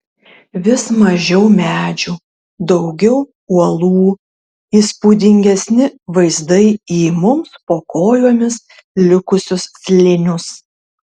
vis mažiau medžių daugiau uolų įspūdingesni vaizdai į mums po kojomis likusius slėnius